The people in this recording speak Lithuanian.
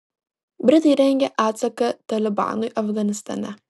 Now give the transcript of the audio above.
britai rengia atsaką talibanui afganistane